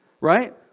right